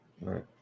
right